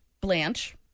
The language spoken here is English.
Blanche